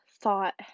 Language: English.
thought